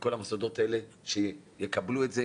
מכל המוסדות האלה שיקבלו את זה,